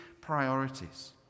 priorities